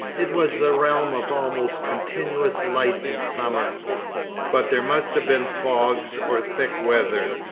it was the realm of almost continuous light in summer but there must have been fogs or thick weather,